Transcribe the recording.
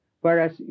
Whereas